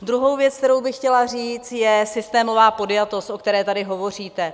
Druhá věc, kterou bych chtěla říct, je systémová podjatost, o které tady hovoříte.